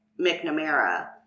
McNamara